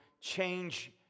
change